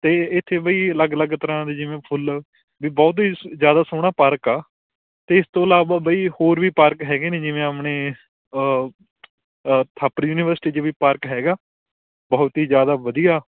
ਅਤੇ ਇੱਥੇ ਬਈ ਅਲੱਗ ਅਲੱਗ ਤਰ੍ਹਾਂ ਦੇ ਜਿਵੇਂ ਫੁੱਲ ਵੀ ਬਹੁਤ ਹੀ ਜ਼ਿਆਦਾ ਸੋਹਣਾ ਪਾਰਕ ਆ ਅਤੇ ਇਸ ਤੋਂ ਇਲਾਵਾ ਬਈ ਹੋਰ ਵੀ ਪਾਰਕ ਹੈਗੇ ਨੇ ਜਿਵੇਂ ਆਪਣੇ ਥਾਪਰ ਯੂਨੀਵਰਸਿਟੀ 'ਚ ਵੀ ਪਾਰਕ ਹੈਗਾ ਬਹੁਤ ਹੀ ਜ਼ਿਆਦਾ ਵਧੀਆ